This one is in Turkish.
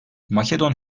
makedon